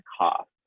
cost